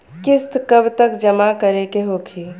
किस्त कब तक जमा करें के होखी?